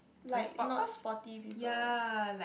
like not sporty people